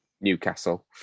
Newcastle